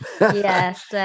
Yes